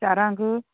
चारांक